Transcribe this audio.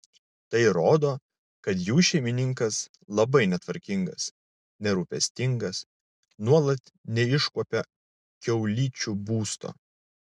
tai rodo kad jų šeimininkas labai netvarkingas nerūpestingas nuolat neiškuopia kiaulyčių būsto